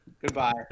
Goodbye